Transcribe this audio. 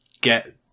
get